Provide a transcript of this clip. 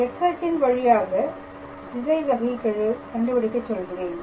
X அச்சின் வழியாக திசை வகைகெழு கண்டுபிடிக்க சொல்கிறேன்